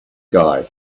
guy